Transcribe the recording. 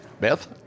Beth